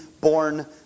born